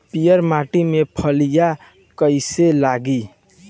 पीयर माटी में फलियां कइसे लागी?